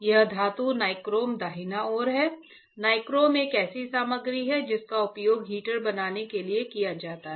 यह धातु नाइक्रोम दाहिनी ओर है नाइक्रोम एक ऐसी सामग्री है जिसका उपयोग हीटर बनाने के लिए किया जाता है